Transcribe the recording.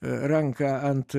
ranką ant